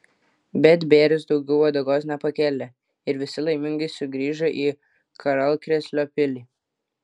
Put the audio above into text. bet bėris daugiau uodegos nepakėlė ir visi laimingai sugrįžo į karalkrėslio pilį